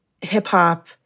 hip-hop